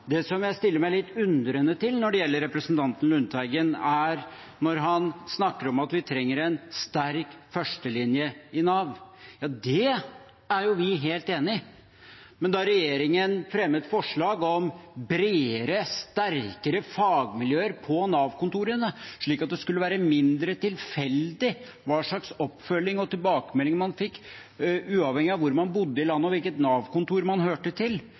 endringer. Det jeg stiller meg litt undrende til når det gjelder representanten Lundteigen, er når han snakker om at vi trenger en sterk førstelinje i Nav. Ja, det er jo vi helt enig i, men da regjeringen fremmet forslag om bredere, sterkere fagmiljøer på Nav-kontorene, slik at det skulle være mindre tilfeldig hva slags oppfølging og tilbakemelding man fikk, uavhengig av hvor man bodde i landet og hvilket Nav-kontor man hørte til,